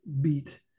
beat